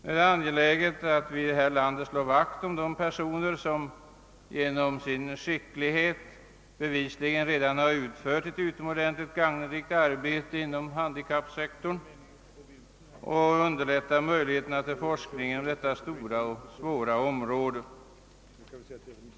Det är angeläget att vi här i landet slår vakt om de personer som genom sin skicklighet redan har utfört ett utomordentligt gagnerikt arbete inom handikappsektorn och att vi underlättar möjligheterna till forskning på detta stora och svåra forskningsområde.